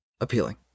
appealing